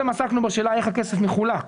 האם הכסף הזה מיועד